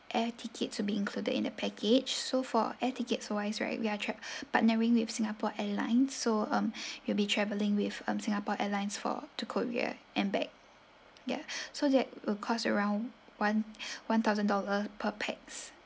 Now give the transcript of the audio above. air ticket to be included in the package so for air tickets wise right we are tra~ partnering with singapore airlines so um you'll be traveling with um singapore airlines for to korea and back ya so that will cost around one one thousand dollar per pax